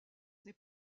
n’est